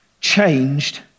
changed